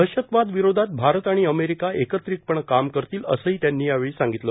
दहशतवादाविरोधात भारत आणि अमेरिका एकत्रितपण काम करतील असंही त्यांनी यावेळी सांगितलं